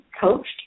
coached